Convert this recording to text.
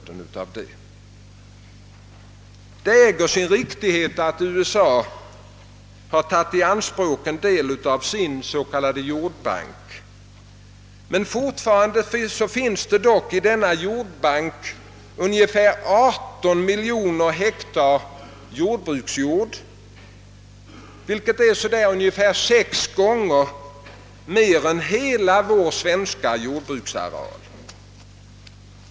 Det äger sin riktighet att USA har tagit i anspråk en del av sin s.k. jordbank, men fortfarande finns i denna jordbank ungefär 18 miljoner hektar jordbruksjord, vilket är cirka sex gånger mer än hela vår svenska jordbruksareal.